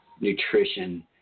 nutrition